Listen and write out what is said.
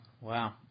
Wow